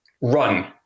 run